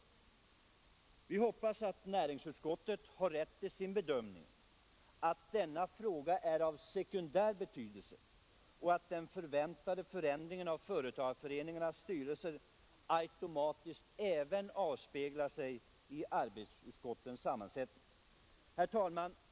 Jag hoppas att näringsutskottet har rätt i sin bedömning att denna fråga är av sekundär betydelse och att den förväntade förändringen av företagareföreningarnas styrelser automatiskt avspeglar sig även i arbetsutskottens sammansättning. Herr talman!